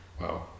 Wow